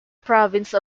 province